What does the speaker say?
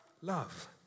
Love